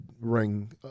ring